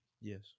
yes